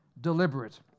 deliberate